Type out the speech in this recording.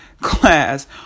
class